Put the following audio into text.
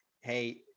hey